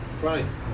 price